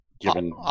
given